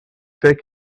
take